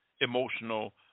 Emotional